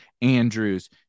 Andrews